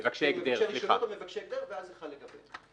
מבקשי רישיונות או מבקשי הגדר וזה חל לגביהם.